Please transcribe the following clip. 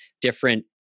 different